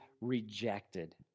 rejected